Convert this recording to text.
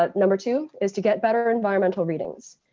ah number two is to get better environmental readings.